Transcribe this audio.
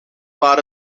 waar